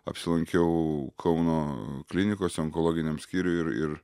apsilankiau kauno klinikos onkologiniam skyriuj ir ir